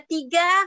Tiga